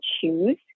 choose